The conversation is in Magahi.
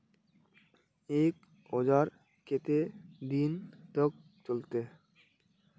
एक औजार केते दिन तक चलते?